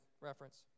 reference